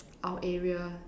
our area